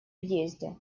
въезде